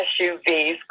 SUVs